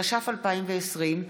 התש"ף 2020,